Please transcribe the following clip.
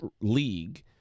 league